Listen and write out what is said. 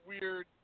weird